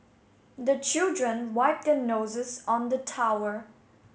the children wipe their noses on the tower